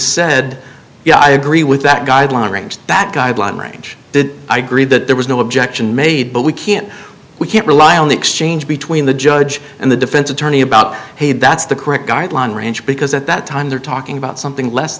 said yeah i agree with that guideline range that guideline range did i gree that there was no objection made but we can't we can't rely on the exchange between the judge and the defense attorney about hey that's the correct guideline range because at that time they're talking about something less